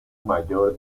mayor